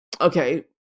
Okay